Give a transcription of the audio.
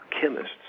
chemists